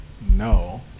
No